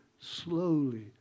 slowly